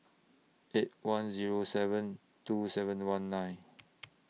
eight one Zero seven two seven one nine